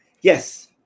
Yes